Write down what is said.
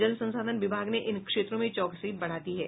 जल संसाधन विभाग ने इन क्षेत्रों में चौकसी बढ़ा दी है